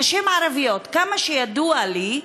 נשים ערביות, עד כמה שידוע לי,